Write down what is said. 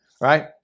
Right